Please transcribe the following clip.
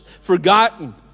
forgotten